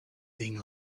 thing